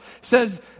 says